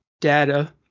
data